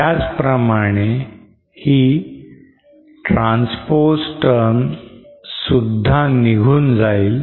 त्याचप्रमाणे ही transposed term सुद्धा निघून जाईल